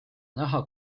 näha